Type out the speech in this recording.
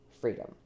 freedom